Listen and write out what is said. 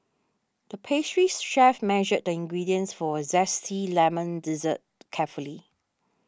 the pastries chef measured the ingredients for a Zesty Lemon Dessert carefully